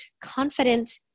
confident